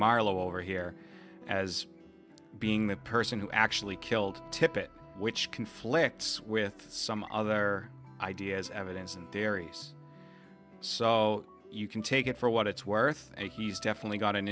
marlowe over here as being the person who actually killed tippit which conflicts with some other ideas evidence and berries so you can take it for what it's worth and he's definitely got an